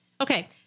Okay